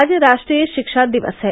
आज राष्ट्रीय शिक्षा दिवस है